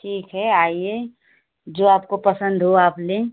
ठीक है आइए जो आपको पसंद हो आप लें